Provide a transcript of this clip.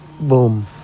Boom